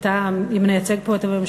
אתה מייצג פה את הממשלה,